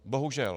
Bohužel.